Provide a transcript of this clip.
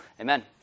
Amen